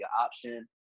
option